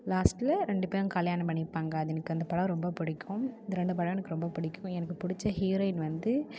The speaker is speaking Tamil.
லாஸ்டில் ரெண்டு பேரும் கல்யாணம் பண்ணிப்பாங்க அது எனக்கு அந்த படம் ரொம்ப பிடிக்கும் இந்த ரெண்டு படம் எனக்கு ரொம்ப பிடிக்கும் எனக்கு பிடிச்ச ஹீரோயின் வந்து